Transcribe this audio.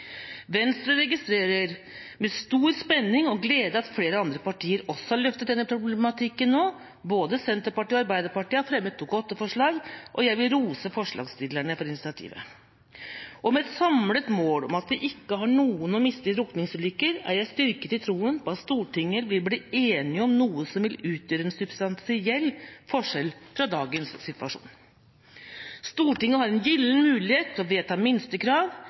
Venstre sa den gangen: «Nasjonen vår trenger et svømmeløft – et svømmeløft som inkluderer opplæring i hvordan berge seg selv og andre i utendørs vannmiljøer.» Videre ble det sagt: «Venstre registrerer med stor spenning og glede at flere andre partier også har løftet denne problematikken nå, både Senterpartiet og Arbeiderpartiet har fremmet Dokument 8-forslag, og jeg vil rose forslagsstillerne for initiativet. Og med et samlet mål om at vi ikke har noen å miste i drukningsulykker, er jeg styrket i troen på at Stortinget vil bli enig om noe